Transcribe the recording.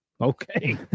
okay